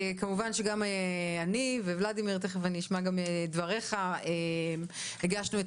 גם אני וולדימיר בליאק תיכף נשמע גם את דבריו הגשנו את